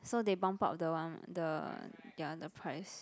so they bump up the one the ya the price